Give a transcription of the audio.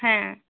হ্যাঁ